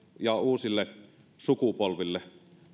ja uusille sukupolville